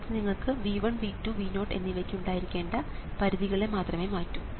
അത് നിങ്ങൾക്ക് V1 V2 V0 എന്നിവയ്ക്ക് ഉണ്ടായിരിക്കേണ്ട പരിധികളെ മാത്രമേ മാറ്റൂ